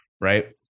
Right